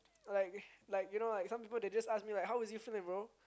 like you know like some people just ask me like how is you feeling bro